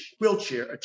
wheelchair